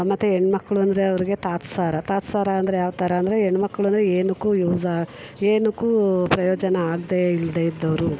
ಮತ್ತೆ ಹೆಣ್ಮಕ್ಳು ಅಂದರೆ ಅವ್ರಿಗೆ ತಾತ್ಸಾರ ತಾತ್ಸಾರ ಅಂದರೆ ಯಾವ ಥರ ಅಂದರೆ ಹೆಣ್ಮಕ್ಳು ಅಂದರೆ ಏನಕ್ಕು ಯೂಸಾಗಿ ಏನಕ್ಕು ಪ್ರಯೋಜನ ಆಗದೇ ಇಲ್ಲದೇ ಇದ್ದವರು